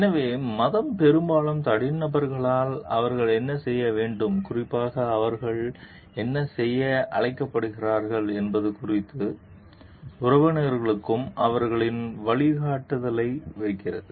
எனவே மதம் பெரும்பாலும் தனிநபர்களாக அவர்கள் என்ன செய்ய வேண்டும் குறிப்பாக அவர்கள் என்ன செய்ய அழைக்கப்படுகிறார்கள் என்பது குறித்து உறுப்பினர்களுக்கு அவர்களின் வழிகாட்டுதலை வைக்கிறது